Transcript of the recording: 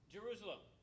Jerusalem